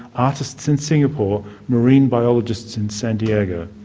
artists in singapore, marine biologists in san diego.